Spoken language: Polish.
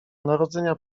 narodzenia